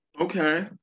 Okay